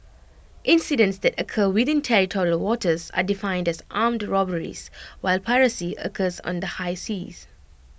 incidents that occur within territorial waters are defined as armed robberies while piracy occurs on the high seas